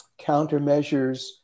countermeasures